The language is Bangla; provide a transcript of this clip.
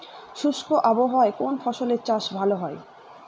শুষ্ক আবহাওয়ায় কোন ফসলের চাষ ভালো হয়?